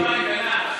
יצירתיים.